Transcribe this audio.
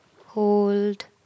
Hold